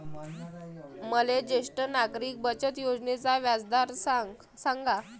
मले ज्येष्ठ नागरिक बचत योजनेचा व्याजदर सांगा